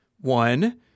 one